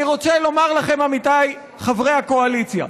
אני רוצה לומר לכם, עמיתיי חברי הקואליציה: